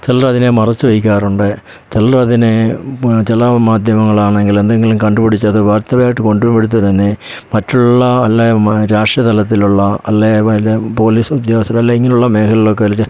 ചിലർ അതിനെ മറച്ച് വയ്ക്കാറുണ്ട് ചിലർ അതിനെ ചില മാധ്യമങ്ങളാണെങ്കിൽ എന്തെങ്കിലും കണ്ടുപിടിച്ചത് വാർത്തയായിട്ട് കൊണ്ട്രുമ്പഴ്ത്തെത്തന്നെ മറ്റുള്ള അല്ലേ രാഷ്ട്രീയ തലത്തിലുള്ള അല്ലേ വല്ല പോലീസുദ്യോഗസ്ഥരർ അല്ലേ ഇങ്ങനെയുള്ള മേഖലയിലുള്ള ആർക്കാരുടെ